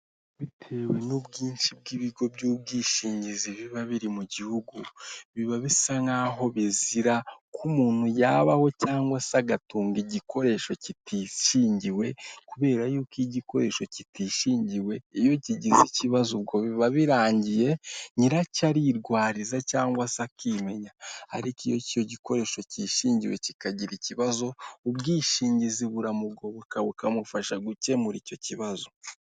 Imodoka y'ikigo cy'igihugu cya polisi y'u Rwanda, ishinzwe mu kuzimya umuriro ndetse no gutabara abaturage bahuye n'inkongi y'umuriro, kugirango ibafashe mu kuwuzimya hatagize uwo wangiza cyangwa ibyo wangiza.